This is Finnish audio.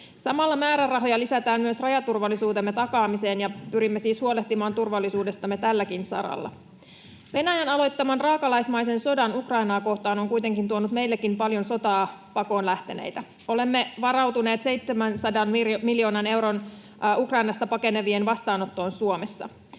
Samalla määrärahoja lisätään myös rajaturvallisuutemme takaamiseen, ja pyrimme siis huolehtimaan turvallisuudestamme tälläkin saralla. Venäjän aloittama raakalaismainen sota Ukrainaa kohtaan on kuitenkin tuonut meillekin paljon sotaa pakoon lähteneitä. Olemme varautuneet 700 miljoonalla eurolla Ukrainasta pakenevien vastaanottoon Suomessa.